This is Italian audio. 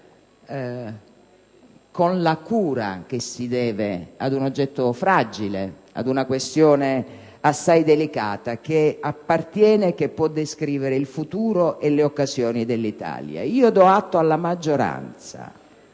con la cura che si deve a un oggetto fragile, a una questione assai delicata, che appartiene e che può descrivere il futuro e le occasioni dell'Italia. Do atto alla maggioranza,